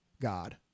God